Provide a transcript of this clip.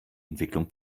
entwicklung